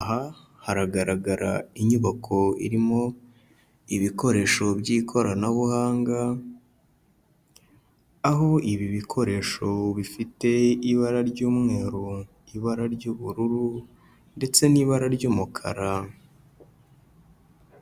Aha hagaragara inyubako irimo ibikoresho by'ikoranabuhanga, aho ibi bikoresho bifite ibara ry'umweru, ibara ry'ubururu ndetse n'ibara ry'umukara.